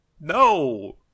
No